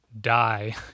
die